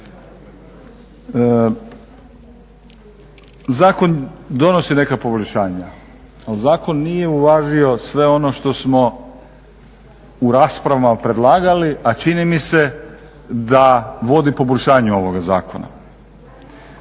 zakon donosi neka poboljšanja, ali zakon nije uvažio sve ono što smo u raspravama predlagali, a čini mi se da vodi poboljšanju ovoga zakona.